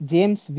James